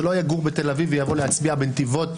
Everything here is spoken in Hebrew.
שלא יגור בתל אביב ויבוא להצביע בנתיבות,